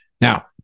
Now